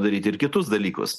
daryti ir kitus dalykus